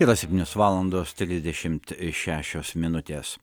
yra septynios valandos trisdešimt šešios minutės